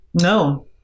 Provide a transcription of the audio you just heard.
No